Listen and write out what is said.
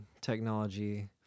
technology